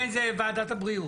ייצגת אותי בכבוד.